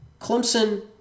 Clemson